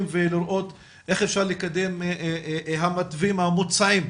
ולראות איך אפשר לקדם המתווים המוצעים,